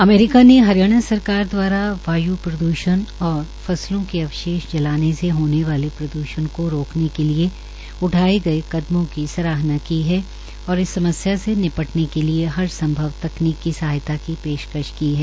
America ने हरियाणा सरकार द्वारा वाय् प्रदूषण और फसलों के अवशेष जलाने से होने वाले प्रद्रषण को रोकने के लिए कदमों की सराहना की है और इस समस्या से निपटने के लिए हर संभव तकनीकी सहायता की पेशकश की है